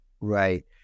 right